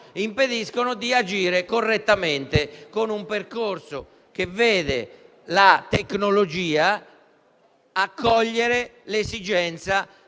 impediscono di agire correttamente, con un percorso che vede la tecnologia accogliere l'esigenza